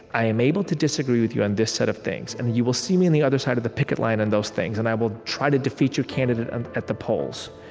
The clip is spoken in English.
i am able to disagree with you on this set of things, and you will see me on the other side of the picket line on those things. and i will try to defeat your candidate and at the polls.